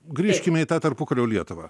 grįžkime į tą tarpukario lietuvą